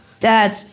Dad